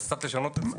אז צריך לשנות את זה.